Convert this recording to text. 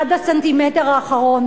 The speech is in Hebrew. עד הסנטימטר האחרון.